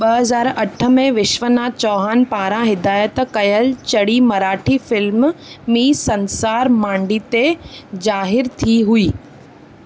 ॿ हज़ार अठ में विश्वनाथ चौहान पारां हिदायत कयलु चड़ी मराठी फिल्म मी संसार मांडीते ज़ाहिर थी हुई